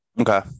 Okay